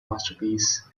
masterpiece